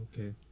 Okay